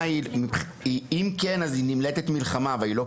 אם כן, היא נמלטת מלחמה אבל היא לא פליטה.